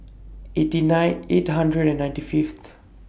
eighty nine eight hundred and ninety Fifth